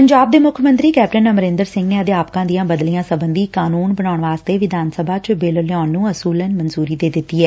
ਪੰਜਾਬ ਦੇ ਮੁੱਖ ਮੰਤਰੀ ਕੈਪਟਨ ਅਮਰੰਦਰ ਸਿੰਘ ਨੇ ਅਧਿਆਪਕਾਂ ਦੀਆਂ ਬਦਲੀਆਂ ਸਬੰਧੀ ਕਾਨੂੰਨ ਬਣਾਉਣ ਵਾਸਤੇ ਵਿਧਾਨ ਸਭਾ ਚ ਬਿੱਲ ਲਿਆਉਣ ਨੁੰ ਅਸੁਲਨ ਮਨਜੁਰੀ ਦੇ ਦਿੱਤੀ ਏ